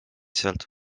sealt